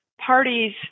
parties